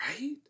Right